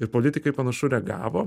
ir politikai panašu reagavo